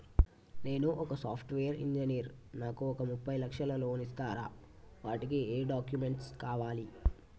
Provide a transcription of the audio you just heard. నేను ఒక software engineer నాకు ఒక ముప్పై లక్షల లోన్ ఇస్తరా? వాటికి ఏం డాక్యుమెంట్స్ కావాలి?